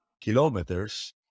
kilometers